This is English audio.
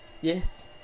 Yes